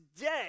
dead